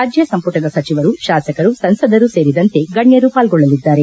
ರಾಜ್ಜ ಸಂಪುಟದ ಸಚಿವರು ಶಾಸಕರು ಸಂಸದರು ಸೇರಿದಂತೆ ಗಣ್ಣರು ಪಾಲ್ಗೊಳ್ಳಲಿದ್ದಾರೆ